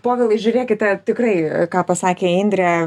povilai žiūrėkite tikrai ką pasakė indrė